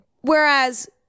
Whereas